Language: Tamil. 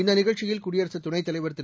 இந்த நிகழ்ச்சியில் குடியரசு துணைத் தலைவர் திரு